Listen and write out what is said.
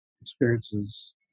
experiences